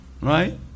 right